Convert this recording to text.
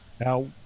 now